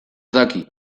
daki